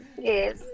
Yes